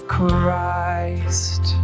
Christ